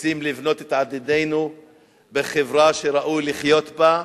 רוצים לבנות את עתידנו בחברה שראוי לחיות בה,